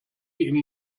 ihm